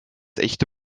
echte